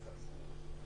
עומדת לו חפותו.